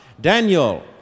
Daniel